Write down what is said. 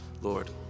Lord